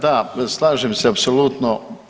Da, slažem se apsolutno.